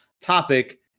topic